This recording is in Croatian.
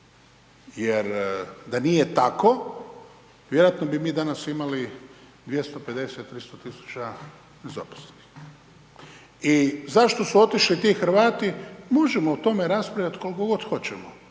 Jer da nije tako, vjerojatno bi mi danas imali 250, 300 tisuća nezaposlenih. I zašto su otišli ti Hrvati? Možemo o tome raspravljati koliko god hoćemo,